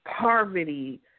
poverty